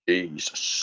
Jesus